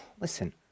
Listen